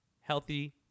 healthy